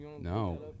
No